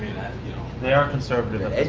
you know they are conservative.